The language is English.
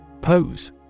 Pose